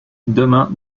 demain